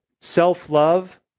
self-love